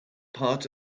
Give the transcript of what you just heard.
part